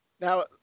Now